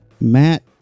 Matt